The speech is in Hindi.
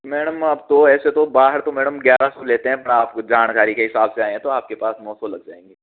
मैडम अब तो ऐसे बाहर तो मैडम ग्यारह सौ लेते हैं पर आपको जानकारी के हिसाब से आए हैं तो आपके पास नौ सो लग जाएंगे